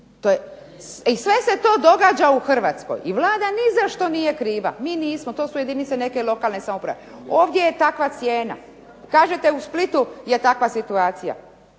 I sve se to događa u Hrvatskoj i Vlada nizašto nije kriva. Mi nismo, to su jedinice neke lokalne samouprave. ovdje je taka cijena. Kažete u Splitu je takva situacija.